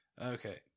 Okay